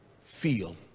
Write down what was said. feel